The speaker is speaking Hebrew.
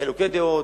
מחילוקי דעות.